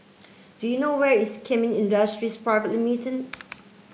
do you know where is Kemin Industries Private